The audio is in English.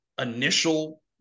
initial